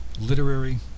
literary